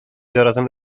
zarazem